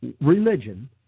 religion